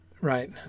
right